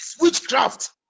witchcraft